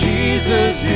Jesus